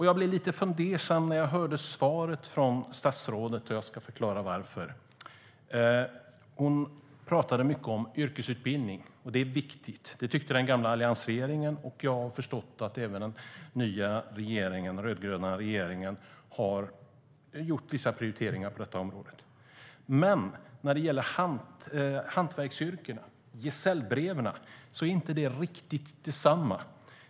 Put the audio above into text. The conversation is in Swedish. Jag blev lite fundersam när jag hörde svaret från statsrådet, och jag ska förklara varför. Hon pratade mycket om yrkesutbildning, och det är viktigt. Det tyckte den gamla alliansregeringen, och jag har förstått att även den nya rödgröna regeringen har gjort vissa prioriteringar på detta område. Men gesällbreven inom hantverksyrkena är inte riktigt detsamma.